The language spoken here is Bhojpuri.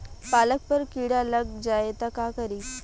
पालक पर कीड़ा लग जाए त का करी?